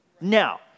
Now